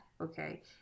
Okay